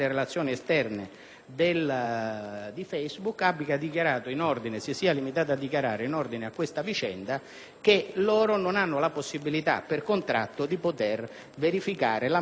di Facebook si sia limitato a dichiarare, in ordine a questa vicenda, che loro non hanno la possibilità per contratto di verificare l'ammissibilità dei profili.